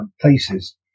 places